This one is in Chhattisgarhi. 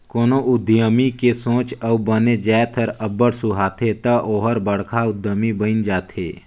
कोनो उद्यमी के सोंच अउ बने जाएत हर अब्बड़ सुहाथे ता ओहर बड़खा उद्यमी बइन जाथे